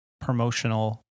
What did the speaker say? promotional